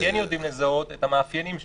אנחנו כן יודעים לזהות את המאפיינים שלו.